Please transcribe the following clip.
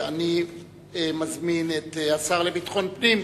אני מזמין את השר לביטחון פנים,